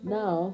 now